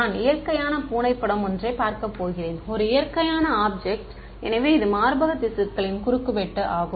நான் இயற்கையான பூனை படம் ஒன்றை பார்க்க போகிறேன் ஒரு இயற்கையான ஆப்ஜெக்ட் எனவே இது மார்பக திசுக்களின் குறுக்குவெட்டு ஆகும்